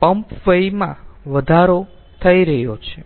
pump વ્યયમાં વધારો થઇ રહ્યો છે